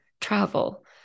travel